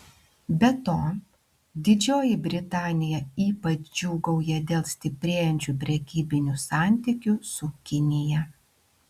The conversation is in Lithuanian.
be to didžioji britanija ypač džiūgauja dėl stiprėjančių prekybinių santykių su kinija